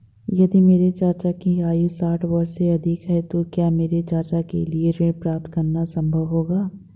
यदि मेरे चाचा की आयु साठ वर्ष से अधिक है तो क्या मेरे चाचा के लिए ऋण प्राप्त करना संभव होगा?